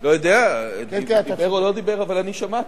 לא יודע, דיבר או לא דיבר, אבל אני שמעתי.